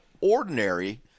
ordinary